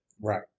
Right